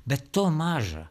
bet to maža